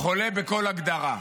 חולה בכל הגדרה.